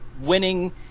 winning